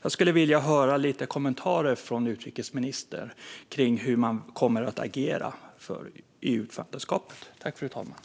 Jag skulle vilja höra lite kommentarer från utrikesministern kring hur man kommer att agera under EU-ordförandeskapet.